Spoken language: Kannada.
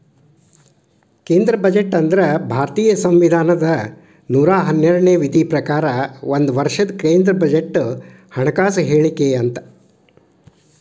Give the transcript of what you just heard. ಕೇಂದ್ರ ಬಜೆಟ್ ಅಂದ್ರ ಭಾರತೇಯ ಸಂವಿಧಾನದ ನೂರಾ ಹನ್ನೆರಡನೇ ವಿಧಿಯ ಪ್ರಕಾರ ಒಂದ ವರ್ಷದ ಕೇಂದ್ರ ಬಜೆಟ್ ಹಣಕಾಸು ಹೇಳಿಕೆ ಅಂತ